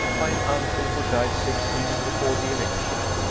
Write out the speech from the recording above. by an uncle who died six weeks before the election,